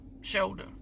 shoulder